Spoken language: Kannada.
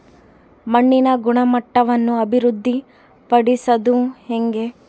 ಮಣ್ಣಿನ ಗುಣಮಟ್ಟವನ್ನು ಅಭಿವೃದ್ಧಿ ಪಡಿಸದು ಹೆಂಗೆ?